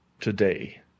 today